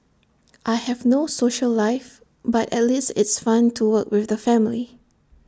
I have no social life but at least it's fun to work with the family